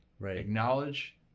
Acknowledge